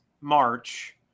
March